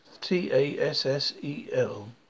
T-A-S-S-E-L